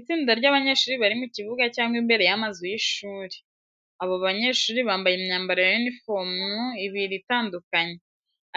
Itsinda ry'abanyeshuri bari mu kibuga cyangwa imbere y’amazu y’ishuri. Abo banyeshuri bambaye imyambaro ya uniforms ibiri itandukanye.